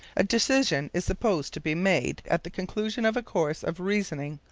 a decision is supposed to be made at the conclusion of a course of reasoning,